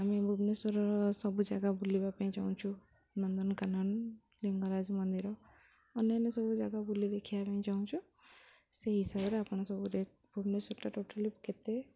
ଆମେ ଭୁବନେଶ୍ୱରର ସବୁ ଜାଗା ବୁଲିବା ପାଇଁ ଚାହୁଁଛୁ ନନ୍ଦନକାନନ ଲିଙ୍ଗରାଜ ମନ୍ଦିର ଅନ୍ୟାନ୍ୟ ସବୁ ଜାଗା ବୁଲି ଦେଖିବା ପାଇଁ ଚାହୁଁଛୁ ସେଇ ହିସାବରେ ଆପଣ ସବୁରେ ଭୁବନେଶ୍ୱରଟା ଟୋଟାଲି କେତେ